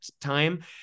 time